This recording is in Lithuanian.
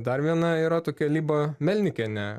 dar viena yra tokia liba melnikienė